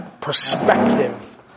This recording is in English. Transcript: Perspective